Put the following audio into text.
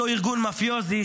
אותו ארגון מאפיוזי,